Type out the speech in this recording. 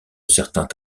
certains